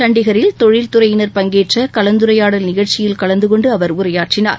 சண்டிகரில் தொழில் துறையினர் பங்கேற்றுள்ள கலந்துரையாடல் நிகழ்ச்சியில் கலந்துகொண்டு அவர் உரையாற்றினார்